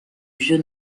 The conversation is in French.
vieux